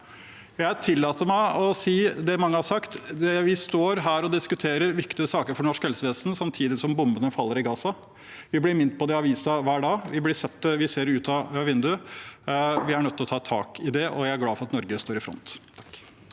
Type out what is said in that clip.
Jeg tillater meg å si det mange har sagt: Vi står her og diskuterer viktige saker for norsk helsevesen samtidig som bombene faller i Gaza. Vi blir minnet på det i avisen hver dag – vi ser det utenfor vinduet her i salen. Vi er nødt til å ta tak i det, og jeg er glad for at Norge står i front.